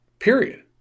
Period